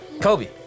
Kobe